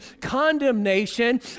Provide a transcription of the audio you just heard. condemnation